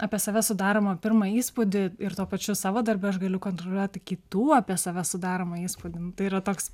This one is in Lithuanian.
apie save sudaromą pirmą įspūdį ir tuo pačiu savo darbe aš galiu kontroliuoti kitų apie save sudaromą įspūdį nu tai yra toks